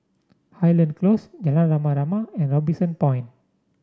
Highland Close Jalan Rama Rama and Robinson Point